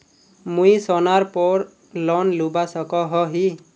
मुई सोनार पोर लोन लुबा सकोहो ही?